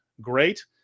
great